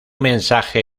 mensaje